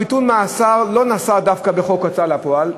ביטול המאסר לא נעשה דווקא בחוק ההוצאה לפועל,